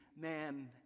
man